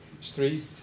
street